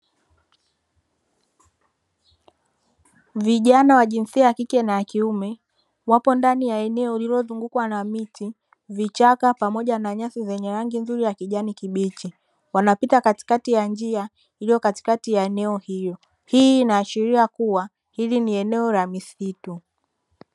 Vijana wa jinsia ya kike na ya kiume wapo ndani ya eneo lililozungukwa na miti vichaka pamoja na nyasi zenye rangi nzuri ya kijani kibichi, wanapita katikati ya njia iliyo katikati ya eneo hilo; hii inaashiria kuwa hili ni eneo la misitu.